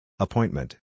Appointment